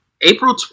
April